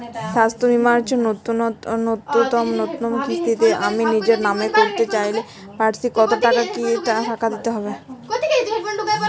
স্বাস্থ্য বীমার ন্যুনতম কিস্তিতে আমি নিজের নামে করতে চাইলে বার্ষিক কত টাকা দিতে হবে?